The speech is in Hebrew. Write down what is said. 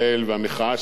אדוני היושב-ראש,